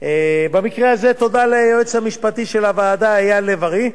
במקרה הזה תודה ליועץ המשפטי של הוועדה אייל לב-ארי,